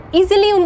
Easily